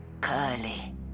Curly